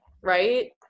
right